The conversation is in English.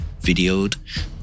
videoed